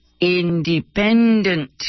independent